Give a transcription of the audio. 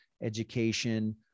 education